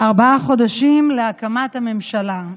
ארבעה חודשים להקמת הממשלה.